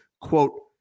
quote